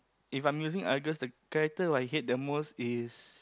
if I'm using Argus the character I hate the most is